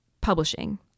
publishing